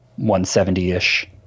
170-ish